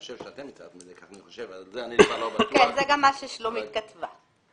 זה גם מה ששלומית כתבה.